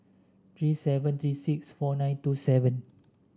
three seven three six four nine two seven